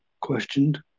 questioned